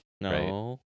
No